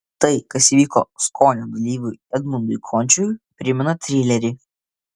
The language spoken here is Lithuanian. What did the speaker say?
tai kas įvyko skonio dalyviui edmundui končiui primena trilerį